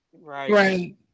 Right